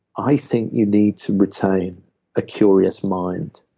i think you need to retain a curious mind.